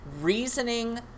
reasoning